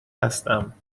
هستم